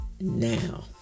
now